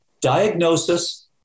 diagnosis